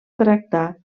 tractar